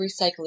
Recycling